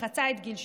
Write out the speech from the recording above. שחצה את גיל 70,